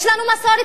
יש לנו מסורת,